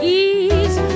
ease